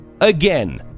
again